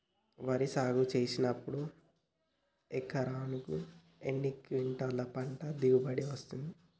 వరి సాగు చేసినప్పుడు ఎకరాకు ఎన్ని క్వింటాలు పంట దిగుబడి వస్తది?